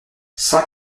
cent